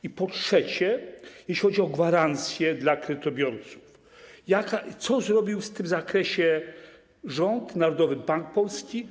I po trzecie, jeśli chodzi o gwarancje dla kredytobiorców, to co zrobił w tym zakresie rząd, Narodowy Bank Polski?